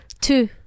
two